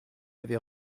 avait